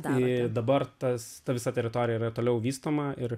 danai dabar tas visa teritorija yra toliau vystoma ir